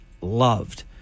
loved